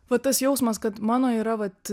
va tas jausmas kad mano yra vat